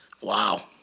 Wow